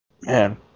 Man